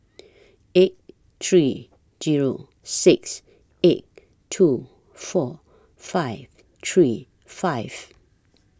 eight three Zero six eight two four five three five